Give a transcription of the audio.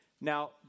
Now